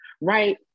right